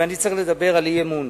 ואני צריך לדבר על אי-אמון,